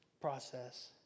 process